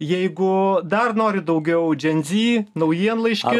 jeigu dar norit daugiau dženzi naujienlaiškį